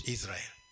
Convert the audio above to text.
Israel